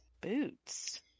Boots